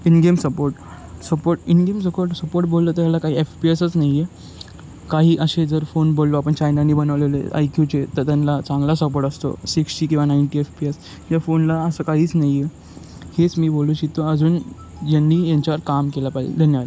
in game support support in game support support बोललं तर त्याला काही एफ पी एस च नाहीये काही असे जर फोन बोललो आपण चायनानी बनवलेले आयक्यूचे तर त्यांना चांगला सपोर्ट असतो सिक्सटी किंवा नाईन्टी एफ पी एस या फोनला असं काहीच नाहीये हेच मी बोलू शकतो अजून यांनी यांच्यावर काम केलं पाहिजे धन्यवाद